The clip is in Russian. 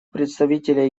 представителя